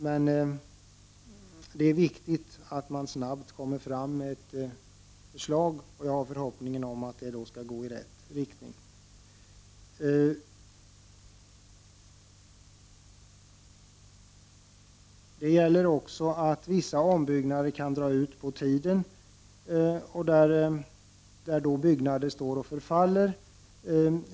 Då är det viktigt att vi snart får ett förslag, som förhoppningsvis går i rätt riktning. Vissa ombyggnader kan dra ut på tiden, då byggnaderna står och förfaller.